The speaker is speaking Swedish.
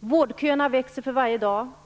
Vårdköerna växer för varje dag som går.